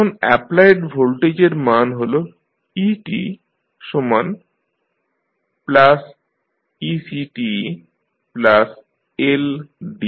এখন অ্যাপ্লায়েড ভোল্টেজের মান হল etectLditdtRit